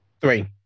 Three